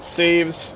saves